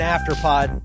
AfterPod